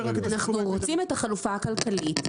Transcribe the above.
אנחנו רוצים את החלופה הכלכלית,